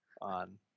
on